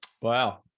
Wow